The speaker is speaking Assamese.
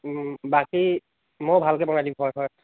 বাকী মই ভালকৈ বনাই দিম হয় হয়